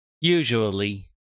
Usually